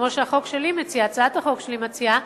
כמו שהצעת החוק שלי מציעה,